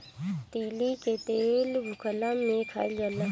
तीली के तेल भुखला में खाइल जाला